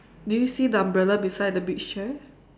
do you see the umbrella beside the beach chair